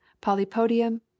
polypodium